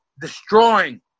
destroying